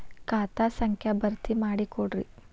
ಖಾತಾ ಸಂಖ್ಯಾ ಭರ್ತಿ ಮಾಡಿಕೊಡ್ರಿ